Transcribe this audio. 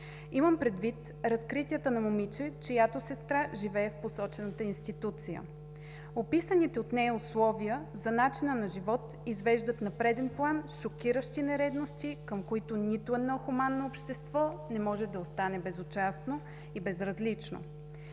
Имам предвид разкритията на момиче, чиято сестра живее в посочената институция. Описаните от нея условия за начина на живот извеждат на преден план шокиращи нередности, към които нито едно хуманно общество не може да остане безучастно и безразлично.